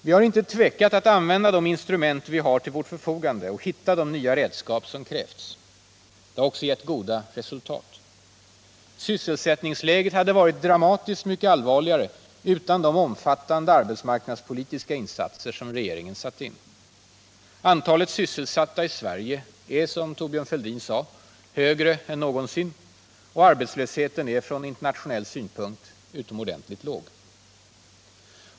Vi har inte tvekat att använda de instrument vi har till vårt förfogande och hitta de nya redskap som krävts. Det har också gett goda resultat. Sysselsättningsläget hade varit dramatiskt mycket allvarligare utan de omfattande arbetsmarknadspolitiska insatser som regeringen satt in. Antalet sysselsatta i Sverige är, som Thorbjörn Fälldin sade, högre än någonsin, och arbetslösheten är från internationell synpunkt utomordentligt låg.